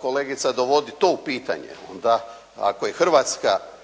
kolegica dovodi to u pitanje, onda ako je Hrvatska